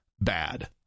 bad